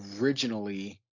originally